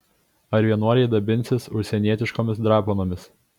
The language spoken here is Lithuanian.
ar vienuoliai dabinsis užsienietiškomis drapanomis